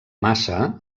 massa